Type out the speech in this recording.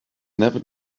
never